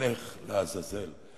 אלך לעזאזל.